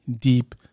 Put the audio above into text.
deep